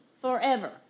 forever